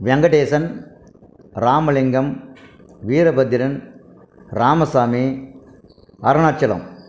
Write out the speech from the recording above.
Venkatesan Ramalingam Veerabhadran Ramasamy Arunachalam